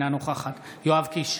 אינה נוכחת יואב קיש,